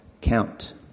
count